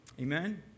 Amen